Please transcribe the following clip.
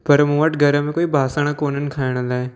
पर मूं वटि घर में कोई बासण कोन आहिनि खाइण लाइ